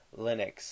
Linux